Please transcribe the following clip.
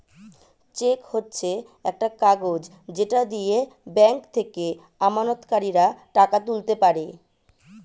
check হচ্ছে একটা কাগজ যেটা দিয়ে ব্যাংক থেকে আমানতকারীরা টাকা তুলতে পারে